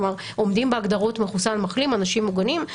אנשים מוגנים,